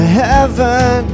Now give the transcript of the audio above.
heaven